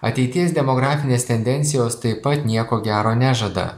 ateities demografinės tendencijos taip pat nieko gero nežada